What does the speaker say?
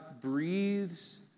breathes